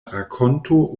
rakonto